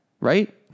right